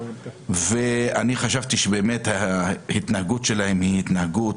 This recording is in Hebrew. אני חשבתי שבאמת ההתנהגות שלהם היא התנהגות,